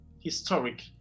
historic